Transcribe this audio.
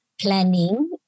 planning